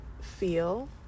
feel